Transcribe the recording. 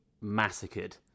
massacred